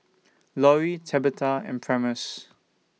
Lori Tabitha and Primus